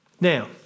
Now